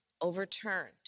overturned